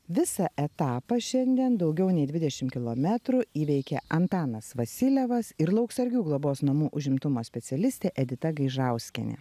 visą etapą šiandien daugiau nei dvidešimt kilometrų įveikė antanas vasiljevas ir lauksargių globos namų užimtumo specialistė edita gaižauskienė